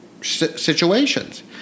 situations